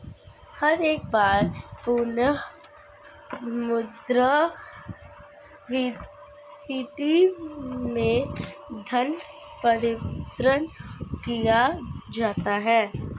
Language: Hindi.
हर एक बार पुनः मुद्रा स्फीती में धन परिवर्तन किया जाता है